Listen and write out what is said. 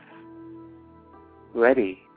ready